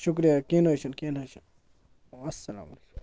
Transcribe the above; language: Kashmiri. شُکریہ کیٚنٛہہ نہٕ حظ چھُنہٕ کیٚنٛہہ نہٕ حظ چھُنہٕ اَسلامُ علیکُم